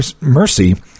mercy